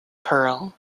pearl